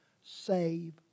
Save